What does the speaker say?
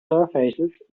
surfaces